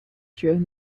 during